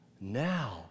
Now